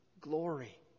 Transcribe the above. glory